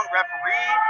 Referee